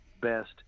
best